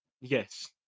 Yes